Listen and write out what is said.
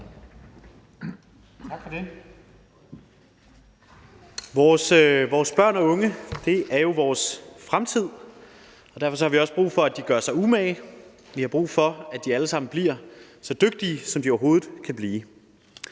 Vores børn og unge er jo vores fremtid, og derfor har vi også brug for, at de gør sig umage. Vi har brug for, at de alle sammen bliver så dygtige, som de overhovedet kan.